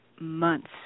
months